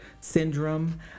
syndrome